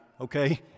okay